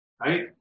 right